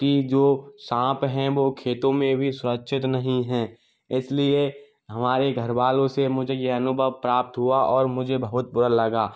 की जो सांप हैं वो खेतों में भी सुरक्षित नहीं हैं इसलिए हमारे घर वालों से मुझे यह अनुभव प्राप्त हुआ और मुझे बहुत बुरा लगा